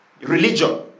Religion